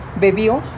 bebió